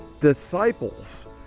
disciples